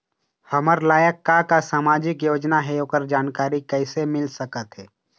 हमर लायक का का सामाजिक योजना हे, ओकर जानकारी कइसे मील सकत हे?